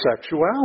sexuality